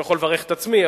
אני לא יכול לברך את עצמי,